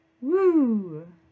Woo